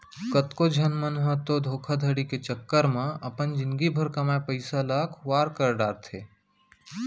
कतको झन मन ह तो धोखाघड़ी के चक्कर म अपन जिनगी भर कमाए पइसा ल खुवार कर डारथे